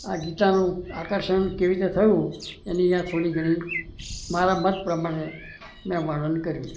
આ ગીતાનું આકર્ષણ કેવી રીતે થયું એની અહીંયા થોડી ઘણી મારા મત પ્રમાણે મેં વર્ણન કર્યું